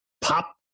pop